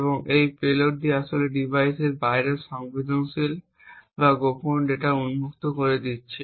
এবং এই পেলোডটি আসলে ডিভাইসের বাইরে সংবেদনশীল বা গোপন ডেটা উন্মুক্ত করে দিচ্ছে